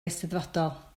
eisteddfodol